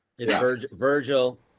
Virgil